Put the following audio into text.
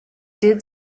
did